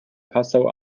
passau